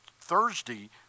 Thursday